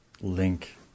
Link